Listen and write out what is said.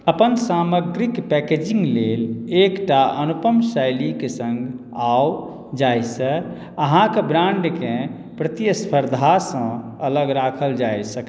अपन सामग्रीक पैकेजिंग लेल एकटा अनुपम शैलीक संग आउ जाहिसँ अहाँक ब्रांडकेँ प्रतिस्पर्धासँ अलग राखल जा सकए